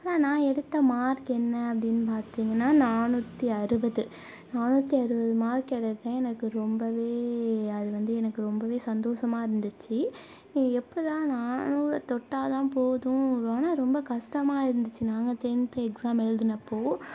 ஆனால் நான் எடுத்த மார்க் என்ன அப்படின்னு பார்த்தீங்கன்னா நானுற்றி அறுபது நானுற்றி அறுபது மார்க் எடுத்தேன் எனக்கு ரொம்பவே அது வந்து எனக்கு ரொம்பவே சந்தோஷமா இருந்துச்சு எப்பிடிறா நானூறை தொட்டால்தான் போதும் ஆனால் ரொம்ப கஷ்டமா இருந்துச்சு நாங்கள் டென்த் எக்ஸாம் எழுதுனப்போது